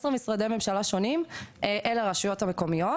משרדי ממשלה שונים אל הרשויות המקומיות.